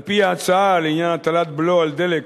על-פי ההצעה, לעניין הטלת בלו על דלק